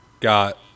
Got